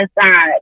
inside